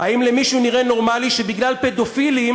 האם למישהו נראה נורמלי שבגלל פדופילים